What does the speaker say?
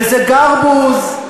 וזה גרבוז,